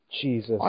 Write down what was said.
Jesus